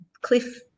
Cliff